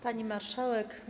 Pani Marszałek!